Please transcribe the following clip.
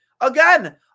again